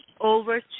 over